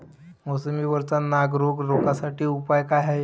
मोसंबी वरचा नाग रोग रोखा साठी उपाव का हाये?